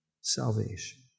salvation